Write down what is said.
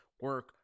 Work